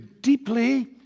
deeply